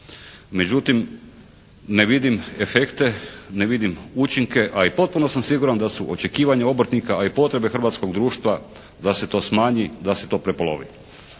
međutim ne vidim efekte, ne vidim učinke, a i potpuno sam siguran da su očekivanja obrtnika a i potrebe hrvatskog društva da se to smanji, da se to prepolovi.